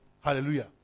Hallelujah